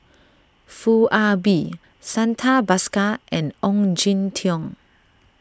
Foo Ah Bee Santha Bhaskar and Ong Jin Teong